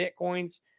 Bitcoin's